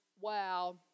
wow